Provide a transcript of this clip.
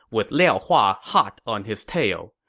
with liao hua hot on his tail.